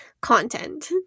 content